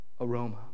aroma